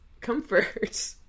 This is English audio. comfort